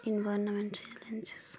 environment challenges